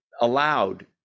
allowed